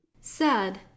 sad